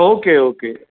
okay okay